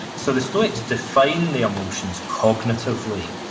so, the stoics define the emotions cognitively,